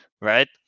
right